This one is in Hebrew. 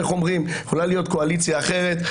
יכולה להיות קואליציה אחרת.